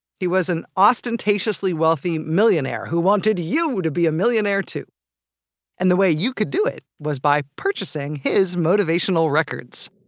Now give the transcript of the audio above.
he was an ostentatiously wealthy millionaire who wanted you to be a millionaire, too and the way you could do it was by purchasing his motivational records.